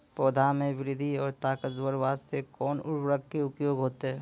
पौधा मे बृद्धि और ताकतवर बास्ते कोन उर्वरक के उपयोग होतै?